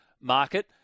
market